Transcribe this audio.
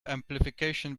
amplification